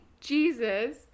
Jesus